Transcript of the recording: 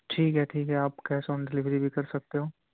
ٹھیک ہے ٹھیک ہے آپ کیس آن ڈلیوری بھی کر سکتے ہو